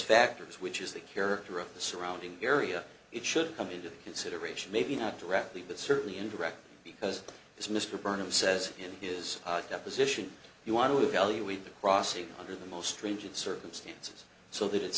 factors which is the character of the surrounding area it should come into consideration maybe not directly but certainly indirectly because as mr burnham says in his deposition you want to evaluate the crossing under the most stringent circumstances so that it's